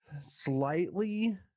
slightly